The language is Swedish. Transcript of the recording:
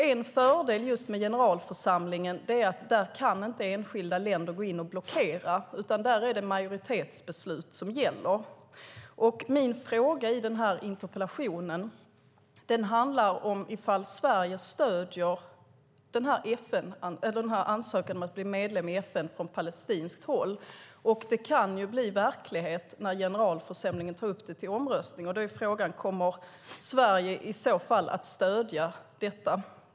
En fördel med generalförsamlingen är att enskilda länder inte kan blockera, utan där är det majoritetsbeslut som gäller. Min fråga i interpellationen handlar om huruvida Sverige stöder Palestinas ansökan om att bli medlem i FN. Det kan bli verklighet när generalförsamlingen tar upp det till omröstning. Frågan är: Kommer Sverige i så fall att stödja det?